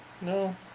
No